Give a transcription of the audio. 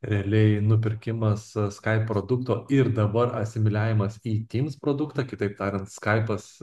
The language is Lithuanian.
realiai nupirkimas skype produkto ir dabar asimiliavimas į teams produktą kitaip tariant skaipas